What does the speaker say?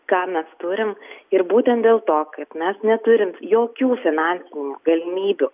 ką mes turim ir būtent dėl to kad mes neturim jokių finansinių galimybių